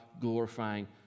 glorifying